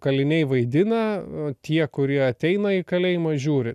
kaliniai vaidina tie kurie ateina į kalėjimą žiūri